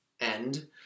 end